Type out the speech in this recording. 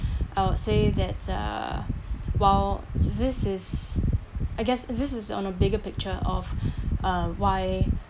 I would say that uh while this is I guess if this is on a bigger picture of uh why